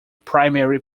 primary